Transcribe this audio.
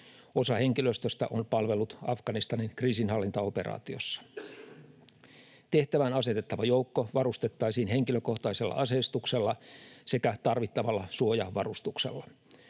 Osa henkilöstöstä on palvellut Afganistanin kriisinhallintaoperaatiossa. Tehtävään asetettava joukko varustettaisiin henkilökohtaisella aseistuksella sekä tarvittavalla suojavarustuksella.